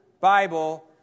Bible